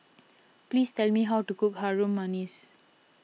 please tell me how to cook Harum Manis